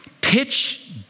Pitch